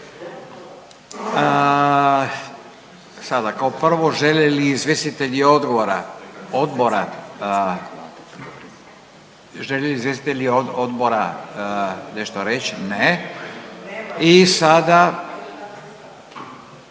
odbora, žele li izvjestitelji odbora nešto reći? Ne. I sada